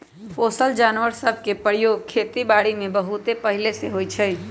पोसल जानवर सभ के प्रयोग खेति बारीमें बहुते पहिले से होइ छइ